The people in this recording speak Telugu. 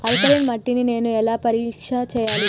ఆల్కలీన్ మట్టి ని నేను ఎలా పరీక్ష చేయాలి?